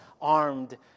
armed